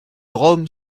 rome